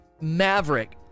Maverick